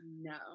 No